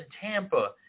Tampa